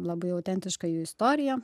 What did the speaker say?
labai autentiška jų istoriją